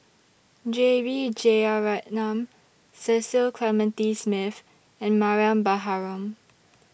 J B Jeyaretnam Cecil Clementi Smith and Mariam Baharom